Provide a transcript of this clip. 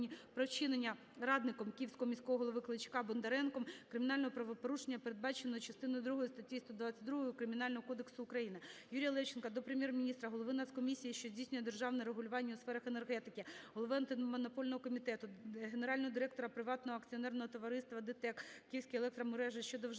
про вчинення радником Київського міського голови Кличка Бондаренком кримінального правопорушення, передбаченого частиною другою статті 192 Кримінального кодексу України. Юрія Левченка до Прем'єр-міністра, голови Нацкомісії, що здійснює державне регулювання у сферах енергетики, голови Антимонопольного комітету, генерального директора Приватного акціонерного товариства "ДТЕК Київські Електромережі" щодо вжиття